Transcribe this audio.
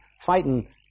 fighting